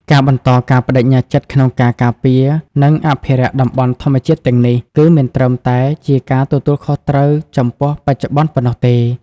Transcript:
ការបន្តការប្តេជ្ញាចិត្តក្នុងការការពារ និងអភិរក្សតំបន់ធម្មជាតិទាំងនេះ គឺមិនត្រឹមតែជាការទទួលខុសត្រូវចំពោះបច្ចុប្បន្នប៉ុណ្ណោះទេ។